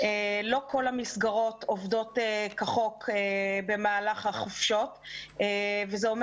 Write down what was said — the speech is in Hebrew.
לא כל המסגרות עובדות כחוק במהלך החופשות וזה אומר